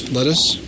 Lettuce